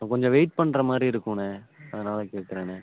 கொஞ்சம் வெயிட் பண்ணுற மாதிரி இருக்குண்ண அதனால் தான் கேட்குறேண்ண